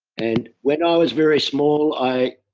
and when i was very small i.